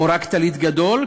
או רק טלית גדול,